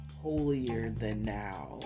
holier-than-now